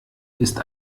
ist